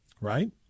right